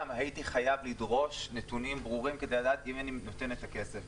גם הייתי חייב לדרוש נתונים ברורים כדי לדעת אם אני מסכן את הכסף.